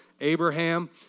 Abraham